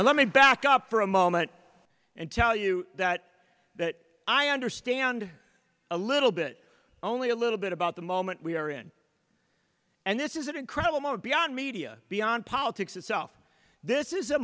and let me back up for a moment and tell you that i understand a little bit only a little bit about the moment we are in and this is an incredible moment beyond media beyond politics itself this is a